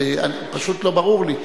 פשוט לא ברור לי.